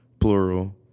plural